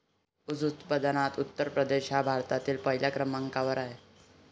ऊस उत्पादनात उत्तर प्रदेश भारतात पहिल्या क्रमांकावर आहे